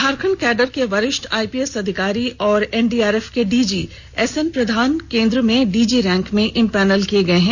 Jharkhand cadre के वरिष्ठ IPS अधिकारी और एनडीआरएफ के डीजी एसएन प्रधान केंद्र में डीजी रैंक में इम्पैनल हुए हैं